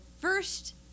first